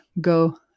go